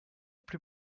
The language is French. plus